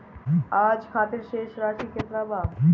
आज खातिर शेष राशि केतना बा?